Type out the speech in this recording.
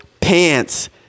pants